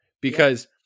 Because-